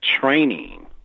training